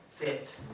fit